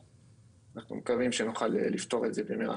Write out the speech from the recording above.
אנחנו מקווים שנוכל לפתור את זה במהרה.